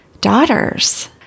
Daughters